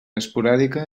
esporàdica